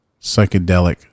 psychedelic